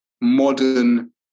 modern